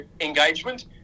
engagement